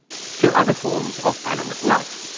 to other forms of animate life.